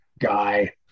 guy